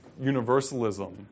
universalism